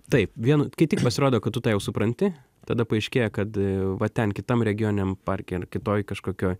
taip vien kai tik pasirodo kad tu tą jau supranti tada paaiškėja kad va ten kitam regioniniam parke ar kitoj kažkokioj